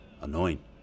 annoying